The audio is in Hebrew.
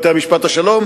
בתי-משפט השלום?